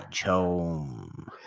Home